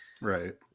Right